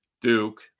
Duke